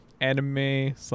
anime